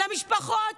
למשפחות